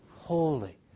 holy